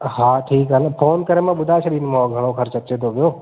हा ठीक आ न फ़ोन करे मां ॿुधाइ छॾींदोमाव घणो ख़र्चु अचे थो पियो